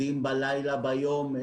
יודעים בלילה, ביום.